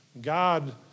God